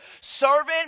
Servant